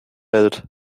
welt